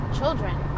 children